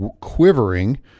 quivering